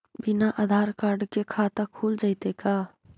बिना आधार कार्ड के खाता खुल जइतै का?